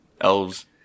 elves